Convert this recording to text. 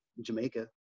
Jamaica